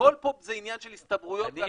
הכול פה זה עניין של הסתברויות --- אני